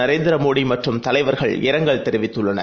நரேந்திரமோடிமற்றும்தலைவர்கள்இரங்கல்தெரிவித்துள்ளனர்